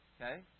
Okay